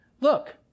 look